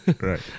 right